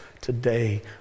today